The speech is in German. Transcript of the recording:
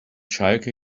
schalke